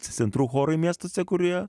centrų chorai miestuose kurie